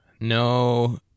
no